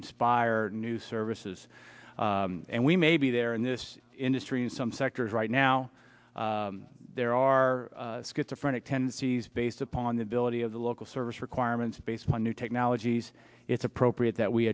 inspire new services and we may be there in this industry in some sectors right now there are schizophrenia tendencies based upon the ability of the local service requirements based on new technologies it's appropriate that we